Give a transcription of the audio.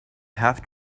have